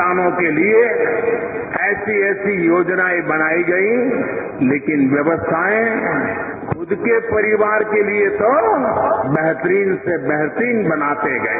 किसानों के लिए ऐसी ऐसीयोजनाएं बनाई गई लेकिन व्यवस्थाएं खुद के परिवार के लिए तो बेहतरीन से बेहतरीनबनाते गए